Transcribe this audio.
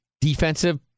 defensive